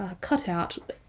cutout